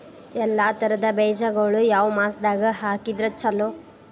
ಎಲ್ಲಾ ತರದ ಬೇಜಗೊಳು ಯಾವ ಮಾಸದಾಗ್ ಹಾಕಿದ್ರ ಛಲೋ?